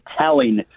telling